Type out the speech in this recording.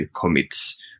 commits